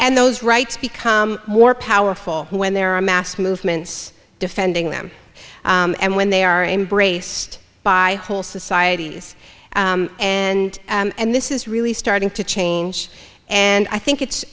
and those rights become more powerful when there are mass movements defending them and when they are embraced by whole societies and and this is really starting to change and i think it's